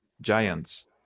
giants